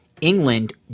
England